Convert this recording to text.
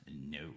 No